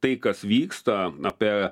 tai kas vyksta apie